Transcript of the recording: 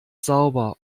sauber